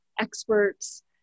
experts